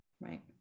Right